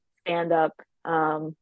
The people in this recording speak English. stand-up